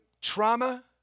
trauma